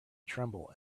tremble